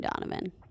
Donovan